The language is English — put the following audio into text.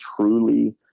truly